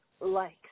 likes